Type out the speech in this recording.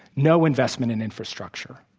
no investment in infrastructure.